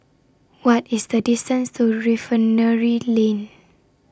What IS The distance to Refinery Lane